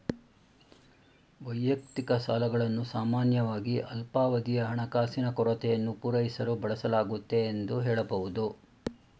ವೈಯಕ್ತಿಕ ಸಾಲಗಳನ್ನು ಸಾಮಾನ್ಯವಾಗಿ ಅಲ್ಪಾವಧಿಯ ಹಣಕಾಸಿನ ಕೊರತೆಯನ್ನು ಪೂರೈಸಲು ಬಳಸಲಾಗುತ್ತೆ ಎಂದು ಹೇಳಬಹುದು